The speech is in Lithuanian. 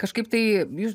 kažkaip tai jūs